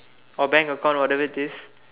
or bank account or whatever it is